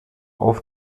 auf